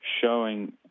showing